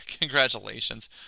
Congratulations